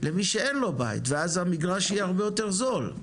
למי שאין לו בית, ואז המגרש יהיה הרבה יותר זול?